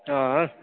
हां